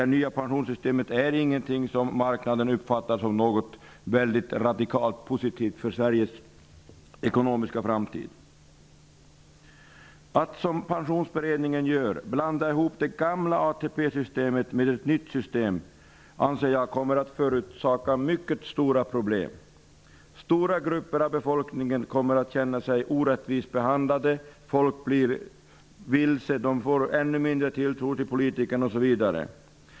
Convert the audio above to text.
Det nya pensionssystemet uppfattas inte av marknaden såsom radikalt positivt för Att som Pensionsarbetsgruppen gör blanda ihop det gamla ATP-systemet med ett nytt system anser jag kommer att förorsaka mycket stora problem. Stora grupper av befolkningen kommer att känna sig orättvist behandlade. Människorna blir vilse och får ännu mindre tilltro till politikerna osv.